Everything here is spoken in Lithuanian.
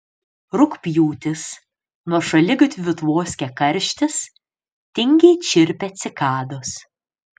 rugpjūtis nuo šaligatvių tvoskia karštis tingiai čirpia cikados